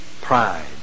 pride